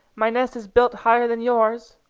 my nest is built higher than yours.